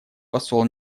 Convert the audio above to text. посол